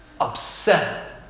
upset